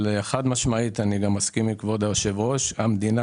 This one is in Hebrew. אבל חד משמעית אני מסכים עם כבוד היושב ראש שהמדינה